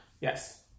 Yes